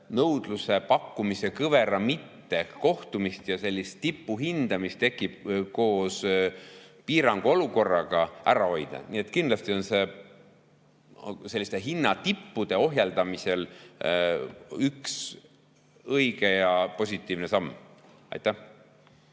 nõudluse ja pakkumise kõvera mittekohtumist ning sellist tipuhinda, mis tekib koos piiranguolukorraga, ära hoida. Nii et kindlasti on see hinnatippude ohjeldamisel õige ja positiivne samm. Aitäh!